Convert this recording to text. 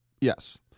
Yes